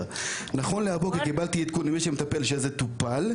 נכון להבוקר קיבלתי עדכון ממי שמטפל בזה שזה טופל.